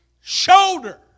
shoulder